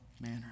manner